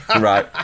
right